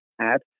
add